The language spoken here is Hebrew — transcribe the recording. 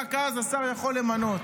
ורק אז השר יכול למנות.